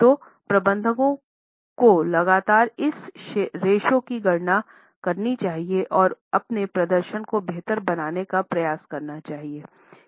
तो प्रबंधकों लगातार इस रेश्यो की गणना करेंगे और अपने प्रदर्शन को बेहतर बनाने का प्रयास करेंगे